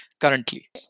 currently